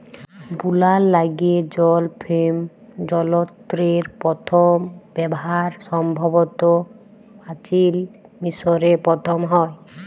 বুলার ল্যাইগে জল ফেম যলত্রের পথম ব্যাভার সম্ভবত পাচিল মিশরে পথম হ্যয়